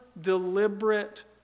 deliberate